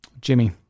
Jimmy